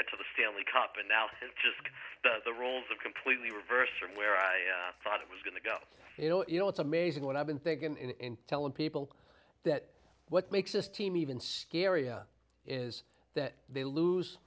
get to the stanley cup and now to just the roles are completely reversed from where i thought it was going to go you know you know it's amazing what i've been thinkin telling people that what makes this team even scarier is that they lose